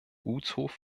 gutshof